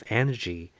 energy